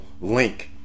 link